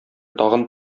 тагын